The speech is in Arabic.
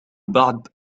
بعد